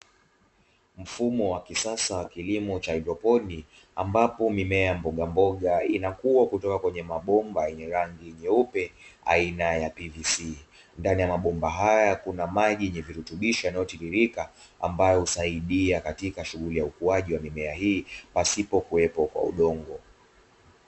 Mfumo wa kisasa wa kilimo cha haidroponiki ambapo mimea ya mbogamboga inakua kutoka kwenye mabomba yenye rangi nyeupe aina ya "PVC". ndani ya mabomba haya kuna maji yenye virutubishi yanayotiririka ambayo husaidia katika shughuli ya ukuaji wa mimea hii pasipo kuwepo kwa udongo.